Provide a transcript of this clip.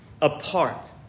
apart